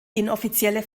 inoffizielle